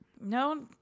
No